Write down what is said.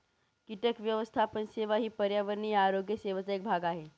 कीटक व्यवस्थापन सेवा ही पर्यावरणीय आरोग्य सेवेचा एक भाग आहे